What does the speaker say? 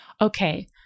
Okay